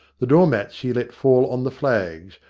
the doormats he let fall on the flags,